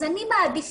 אז אני מעדיפה,